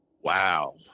Wow